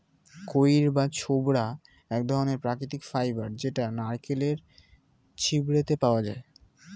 কইর বা ছোবড়া এক ধরণের প্রাকৃতিক ফাইবার যেটা নারকেলের ছিবড়েতে পাওয়া যায়